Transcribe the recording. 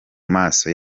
maso